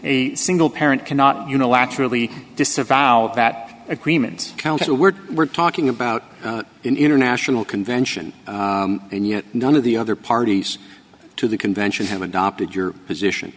a single parent cannot unilaterally disavow that agreement counter the word we're talking about international convention and yet none of the other parties to the convention have adopted your position